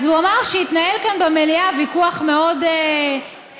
אז הוא אמר שהתנהל כאן במליאה ויכוח מאוד עקרוני.